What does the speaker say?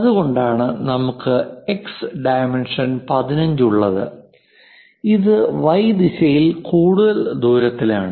അതുകൊണ്ടാണ് നമുക്ക് X dimension 15 ഉള്ളത് അത് Y ദിശയിൽ കൂടുതൽ ദൂരത്തിലാണ്